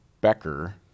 Becker